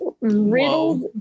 riddled